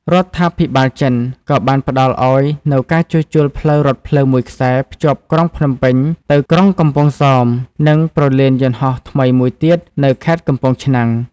រដ្ឋាភិបាលចិន ក៏បានផ្តល់ឱ្យនូវការជួសជុលផ្លូវរថភ្លើងមួយខ្សែភ្ជាប់ក្រុងភ្នំពេញទៅក្រុងកំពង់សោម និងព្រលានយន្តហោះថ្មីមួយទៀតនៅខេត្តកំពង់ឆ្នាំង។